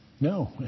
no